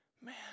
Man